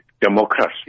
democracy